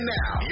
now